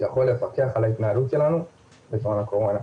שיכול לפקח על ההתנהלות שלנו בזמן הקורונה.